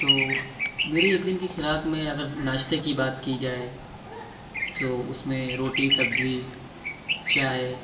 تو میرے ایک دِن کی خوراک میں اگر ناشتے کی بات کی جائے تو اُس میں روٹی سبزی چائے